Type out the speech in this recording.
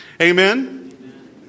Amen